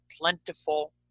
plentiful